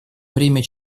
время